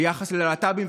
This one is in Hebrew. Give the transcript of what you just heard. ביחס ללהט"בים,